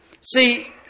See